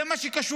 זה מה שקשור,